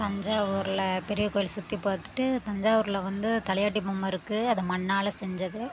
தஞ்சாவூர்ல பெரிய கோவில் சுற்றி பார்த்துட்டு தஞ்சாவூர்ல வந்து தலையாட்டி பொம்மை இருக்குது அதை மண்ணால செஞ்சது